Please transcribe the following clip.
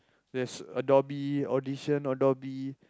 there's Adobe audition Adobe